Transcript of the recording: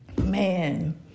man